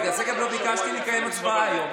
גם בגלל זה לא ביקשתי לקיים הצבעה היום,